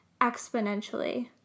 exponentially